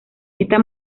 esta